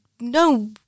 no